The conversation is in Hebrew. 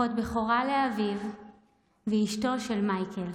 אחות בכורה לאביב ואשתו של מייקל,